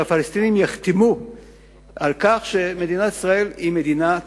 שהפלסטינים יחתמו על כך שמדינת ישראל היא מדינת